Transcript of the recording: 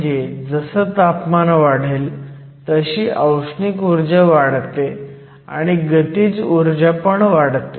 म्हणजे जसं तापमान वाढेल तशी औष्णिक ऊर्जा वाढते आणि गतीज ऊर्जा पण वाढते